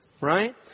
right